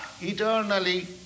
eternally